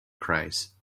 craze